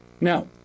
Now